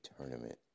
tournament